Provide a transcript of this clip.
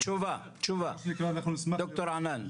תשובה, ד"ר ענאן עבאסי.